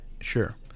Sure